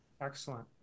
Excellent